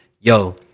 yo